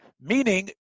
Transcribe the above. meaning